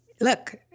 Look